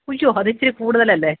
അയ്യോ അതിച്ചിരി കൂടുതലല്ലേ